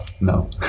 no